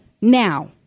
now